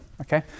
okay